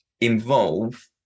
involve